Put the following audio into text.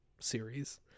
series